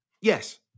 Yes